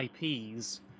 IPs